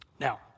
Now